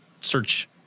search